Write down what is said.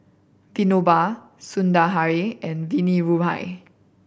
Dinoba Sundaraiah and Dhirubhai